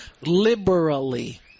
liberally